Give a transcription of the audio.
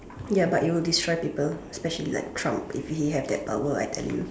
ya but it will destroy people especially like Trump if he had that power I tell you